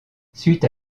suite